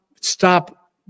stop